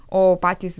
o patys